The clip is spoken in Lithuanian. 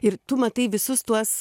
ir tu matai visus tuos